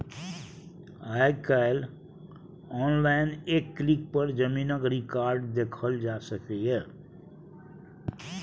आइ काल्हि आनलाइन एक क्लिक पर जमीनक रिकॉर्ड देखल जा सकैए